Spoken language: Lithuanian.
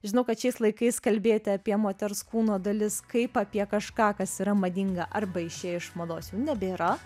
žinau kad šiais laikais kalbėti apie moters kūno dalis kaip apie kažką kas yra madinga arba išėję iš mados jau nebėra